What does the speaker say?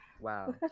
Wow